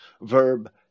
verb